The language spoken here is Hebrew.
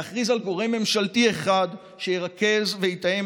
להכריז על גורם ממשלתי אחד שירכז ויתאם